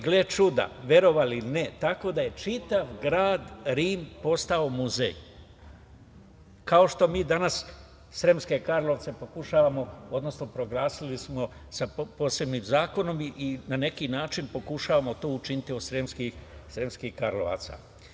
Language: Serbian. Gle čuda, verovali ili ne, tako da je čitav grad Rim postao muzej, kao što mi danas Sremske Karlovce pokušavamo, odnosno proglasili smo sa posebnim zakonom i na neki način pokušavamo to učiniti od Sremskih Karlovaca.